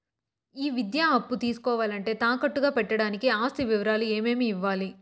ఈ విద్యా అప్పు తీసుకోవాలంటే తాకట్టు గా పెట్టడానికి ఆస్తి వివరాలు ఏమేమి ఇవ్వాలి?